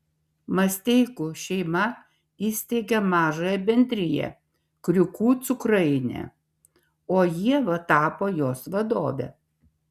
masteikų šeima įsteigė mažąją bendriją kriūkų cukrainė o ieva tapo jos vadove